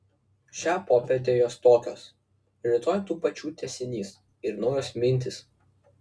šią popietę jos tokios rytoj tų pačių tęsinys ir naujos mintys